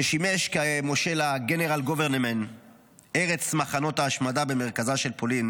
ששימש כמושל אזור ארץ מחנות ההשמדה במרכזה של פולין